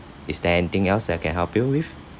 is there anything else I can help you with